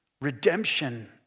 redemption